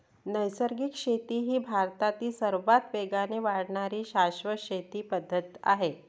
नैसर्गिक शेती ही भारतातील सर्वात वेगाने वाढणारी शाश्वत शेती पद्धत आहे